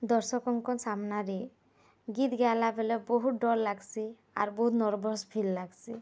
ଦର୍ଶକଙ୍କ ସାମ୍ନାରେ ଗୀତ୍ ଗାଇଲାବେଲେ ବହୁତ୍ ଡ଼ର୍ ଲାଗ୍ସି ଆର୍ ବହୁତ୍ ନର୍ଭସ୍ ଫିଲ୍ ଲାଗ୍ସି